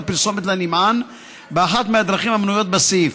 פרסומת לנמען באחת הדרכים המנויות בסעיף